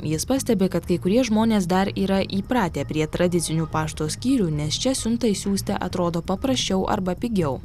jis pastebi kad kai kurie žmonės dar yra įpratę prie tradicinių pašto skyrių nes čia siuntą išsiųsti atrodo paprasčiau arba pigiau